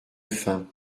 fin